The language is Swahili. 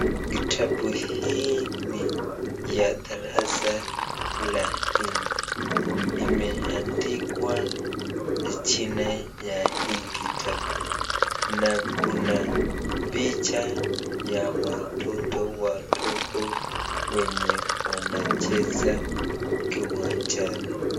Kitabu hii ni ya darasa la nne. Imeandikwa jina ya hii kitabu na kuna picha ya watoto wadogo wenye wanacheza kiwanjani.